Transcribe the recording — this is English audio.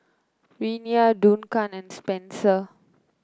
Renea Duncan and Spenser